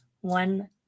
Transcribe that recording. one